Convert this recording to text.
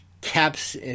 caps